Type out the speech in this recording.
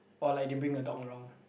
or like they bring a dog around